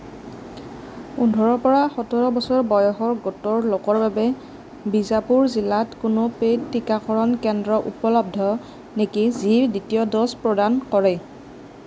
পোন্ধৰৰ পৰা সোতৰ বছৰ বয়সৰ গোটৰ লোকৰ বাবে বিজাপুৰ জিলাত কোনো পেইড টীকাকৰণ কেন্দ্ৰ উপলব্ধ নেকি যি দ্বিতীয় ড'জ প্ৰদান কৰে